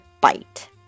bite